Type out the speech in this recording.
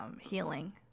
Healing